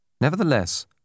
Nevertheless